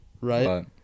Right